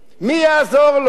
מי יעזור לו?